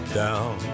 down